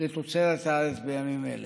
לתוצרת הארץ בימים אלה.